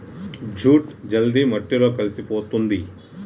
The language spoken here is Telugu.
జూట్ జల్ది మట్టిలో కలిసిపోతుంది